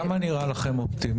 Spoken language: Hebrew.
כמה זמן נראה לכם אופטימלי?